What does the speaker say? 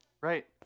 Right